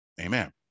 Amen